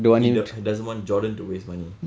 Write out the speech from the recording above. he don't wa~ he doesn't want jordan to waste money